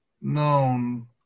known